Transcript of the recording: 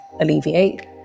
alleviate